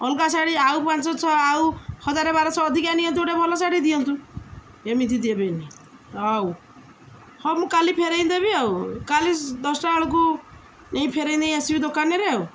ଅଲଗା ଶାଢ଼ୀ ଆଉ ପାଞ୍ଚ ଶହ ଆଉ ହଜାରେ ବାର ଶହ ଅଧିକା ନିଅନ୍ତୁ ଗୋଟେ ଭଲ ଶାଢ଼ୀ ଦିଅନ୍ତୁ ଏମିତି ଦେବେନି ହଉ ହଁ ମୁଁ କାଲି ଫେରେଇ ଦେବି ଆଉ କାଲି ଦଶଟା ବେଳକୁ ନେଇ ଫେରେଇ ନେଇ ଆସିବି ଦୋକାନରେ ଆଉ